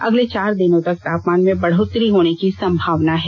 अगले चार दिनों तक तामपान में बढ़ोत्तरी होने की संभावना है